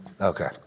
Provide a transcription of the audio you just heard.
Okay